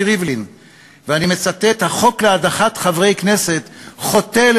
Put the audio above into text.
אני גיניתי את הפגישה של חברי בל"ד עם משפחות הטרור,